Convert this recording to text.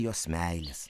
jos meilės